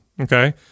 okay